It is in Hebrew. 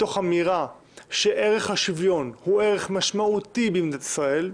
מתוך אמירה שערך השוויון הוא ערך משמעותי במדינת ישראל,